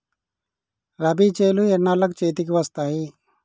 రబీ చేలు ఎన్నాళ్ళకు చేతికి వస్తాయి?